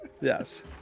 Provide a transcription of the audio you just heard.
Yes